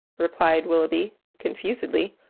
replied willoughby, confusedly,